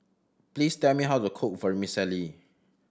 please tell me how to cook Vermicelli